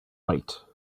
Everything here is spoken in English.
right